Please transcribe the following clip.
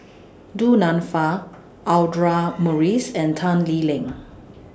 Du Nanfa Audra Morrice and Tan Lee Leng